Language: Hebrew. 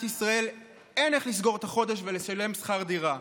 ישראל אין איך לסגור את החודש ולשלם שכר דירה,